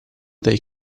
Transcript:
they